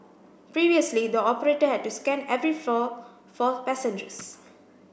previously the operator had to scan every floor for passengers